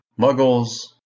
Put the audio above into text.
muggles